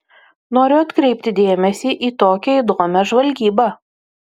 noriu atkreipti dėmesį į tokią įdomią žvalgybą